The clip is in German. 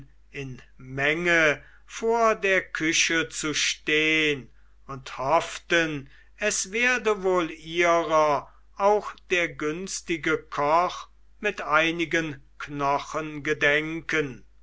in menge vor der küche zu stehn und hofften es werde wohl ihrer auch der günstige koch mit einigen knochen gedenken